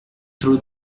through